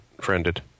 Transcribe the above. friended